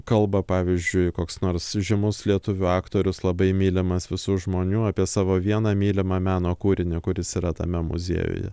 kalba pavyzdžiui koks nors žymus lietuvių aktorius labai mylimas visų žmonių apie savo vieną mylimą meno kūrinį kuris yra tame muziejuje